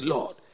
Lord